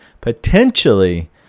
potentially